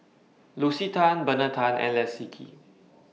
Lucy Tan Bernard Tan and Leslie Kee